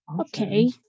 Okay